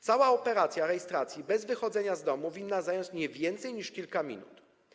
Cała operacja rejestracji bez wychodzenia z domu winna zająć nie więcej niż kilka minut.